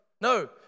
no